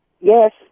Yes